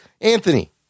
Anthony